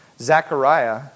Zechariah